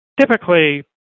typically